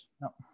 No